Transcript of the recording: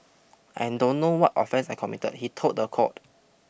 I don't know what offence I committed he told the court